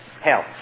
health